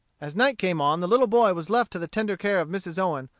as night came on the little boy was left to the tender care of mrs. owen,